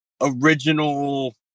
original